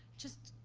just.